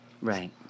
Right